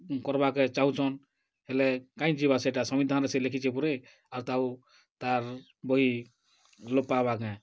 କର୍ବାର୍କେ ଚାହୁଁଛନ୍ ହେଲେ କାହିଁ ଯିବା ସେଟା ସମ୍ବିଧାନ୍ ସେ ଲେଖିଛେ ପରେ ଆଉ ତ ତା'ର୍ ବହି ଲୋପ୍ ପାଏବା କାଏଁ